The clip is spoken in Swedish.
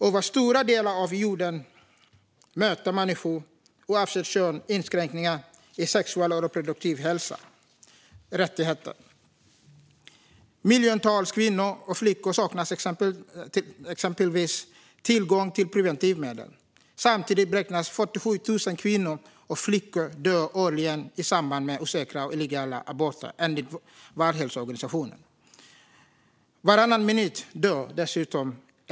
Över stora delar av jorden möter människor, oavsett kön, inskränkningar i sexuell och reproduktiv hälsa och rättigheter. Miljontals kvinnor och flickor saknar exempelvis tillgång till preventivmedel. Samtidigt beräknas 47 000 kvinnor och flickor dö årligen i samband med osäkra och illegala aborter enligt Världshälsoorganisationen.